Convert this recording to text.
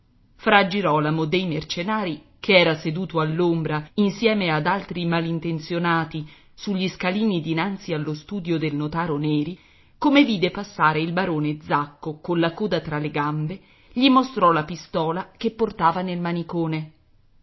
fra girolamo dei mercenari che era seduto all'ombra insieme ad altri malintenzionati sugli scalini dinanzi allo studio del notaro neri come vide passare il barone zacco colla coda fra le gambe gli mostrò la pistola che portava nel manicone